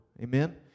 Amen